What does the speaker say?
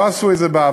לא עשו את זה בעבר.